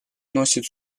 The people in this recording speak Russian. носит